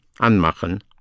anmachen